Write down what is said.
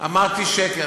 אמרתי שקר.